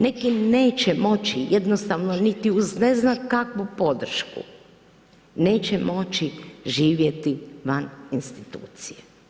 Neki neće moći jednostavno niti uz ne znam kakvu podršku, neće moći živjeti van institucije.